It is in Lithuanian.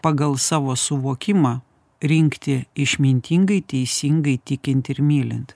pagal savo suvokimą rinkti išmintingai teisingai tikint ir mylint